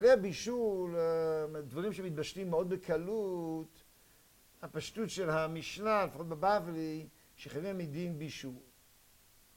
כלי הבישול, דברים שמתבשלים מאוד בקלות, הפשטות של המשנה, לפחות בבבלי, שחייבים מדין בישול